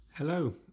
Hello